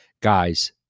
guys